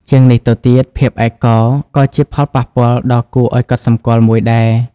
ជាងនេះទៅទៀត ភាពឯកោ ក៏ជាផលប៉ះពាល់ដ៏គួរឲ្យកត់សម្គាល់មួយដែរ។